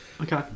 Okay